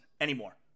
anymore